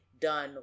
done